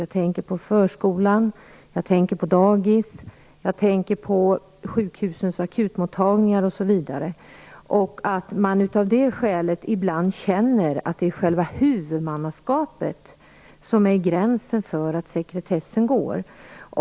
Jag tänker på förskolan, dagis, sjukhusens akutmottagningar osv. Av det skälet känner man ibland att det är själva huvudmannaskapet som är gränsen för var sekretessen går.